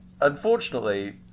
unfortunately